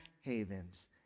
Havens